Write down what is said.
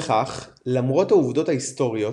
וכך, למרות העובדות ההיסטוריות